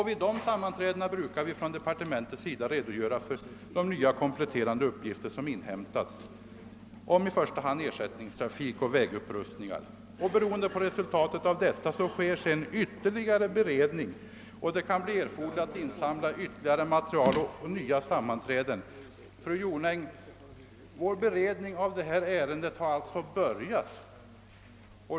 Vid dessa sammanträden brukar vi från departementet redogöra för de nya kompletterande uppgifter som har inhämtats om i första hand ersättningstrafik och vägupprustningar. Beroende på resultatet av dessa sammanträden sker sedan ytterligare beredning. Det kan bli erforderligt att insamla mer material och anordna nya sammanträden. Fru Jonäng!